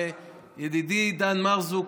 ידידי דן מרזוק,